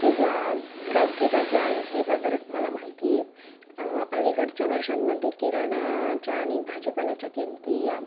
किंवा गावठी बाजार हे बाजारच मला माहिती आहेत अलीकडच्या वर्षांमध्ये किराणाच्या आणि भाजीपाल्याच्या किमती या